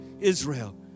Israel